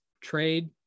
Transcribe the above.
Trade